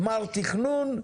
גמר תכנון,